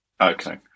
Okay